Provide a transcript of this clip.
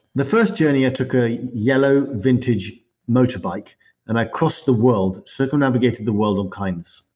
the first journey, i took a yellow vintage motorbike and i crossed the world, circumnavigated the world on kindness.